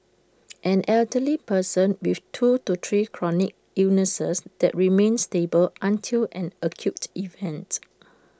an elderly person with two to three chronic illnesses that remain stable until an acute event